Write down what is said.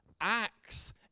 Acts